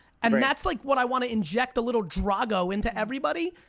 and and that's like what i wanna inject a little drago into everybody.